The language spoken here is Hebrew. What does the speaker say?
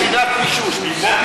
אפשר לפתוח "פינת חישוש", ליטוף.